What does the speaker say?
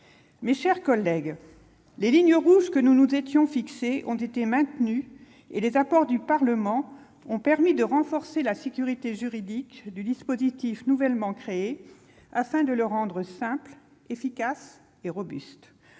Mes chers collègues, les lignes rouges que nous nous étions fixées ont été respectées et les apports du Parlement ont permis de renforcer la sécurité juridique du dispositif nouvellement créé, afin de le rendre simple, efficace et robuste,